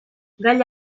gall